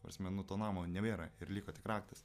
ta prasme nu to namo nebėra ir liko tik raktas